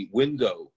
window